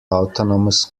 autonomous